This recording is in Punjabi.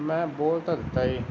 ਮੈਂ ਬੋਲ ਤਾਂ ਦਿੱਤਾ ਜੀ